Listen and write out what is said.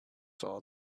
saw